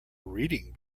reading